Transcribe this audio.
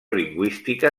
lingüística